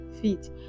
feet